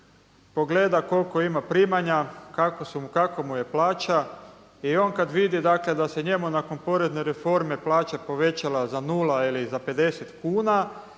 pogleda kolika ima primanja, kakva mu je plaća i on kada vidi da se njemu nakon porezne reforme plaća povećala za nula ili za pedeset kuna,